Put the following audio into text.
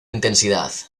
intensidad